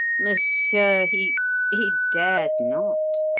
monsieur, he he dared not.